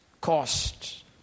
cost